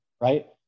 right